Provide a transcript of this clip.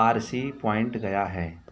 Parsi point गया है